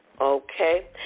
Okay